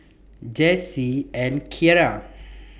Jessy and Keara